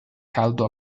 caldo